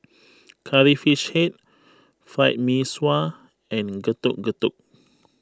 Curry Fish Head Fried Mee Sua and Getuk Getuk